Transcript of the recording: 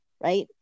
right